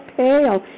pale